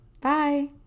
Bye